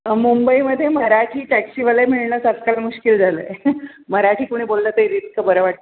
मुंबईमध्ये मराठी टॅक्सीवाले मिळणंच आजकाल मुश्किल झालं आहे मराठी कोणी बोललं तरी इतकं बरं वाटतं